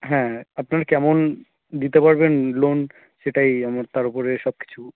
হ্যাঁ আপনারা কেমন দিতে পারবেন লোন সেটাই আমার তার ওপরে সব কিছু